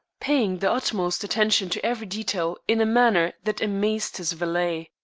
paying the utmost attention to every detail in a manner that amazed his valet.